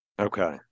Okay